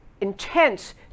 intense